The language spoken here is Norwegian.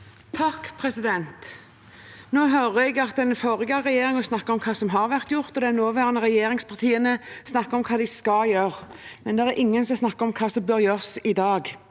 (KrF) Nå hører jeg at de forrige regjeringspartiene snakker om hva som har vært gjort, og de nåværende regjeringspartiene snakker om hva de skal gjøre. Men det er ingen som snakker om hva som bør gjøres i dag.